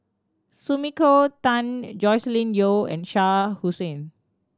Sumiko Tan Joscelin Yeo and Shah Hussain